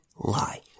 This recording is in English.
lie